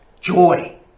joy